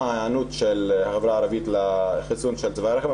ההיענות של החברה הערבית לחיסון של צוואר הרחם,